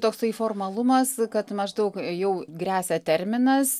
toksai formalumas kad maždaug jau gresia terminas